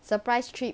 surprise trip